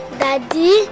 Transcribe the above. daddy